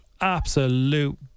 absolute